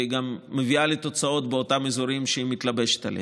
וגם מביאה לתוצאות באותם אזורים שהיא מתלבשת עליהם.